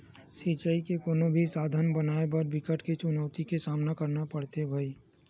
सिचई के कोनो भी साधन बनाए बर बिकट के चुनउती के सामना करना परथे भइर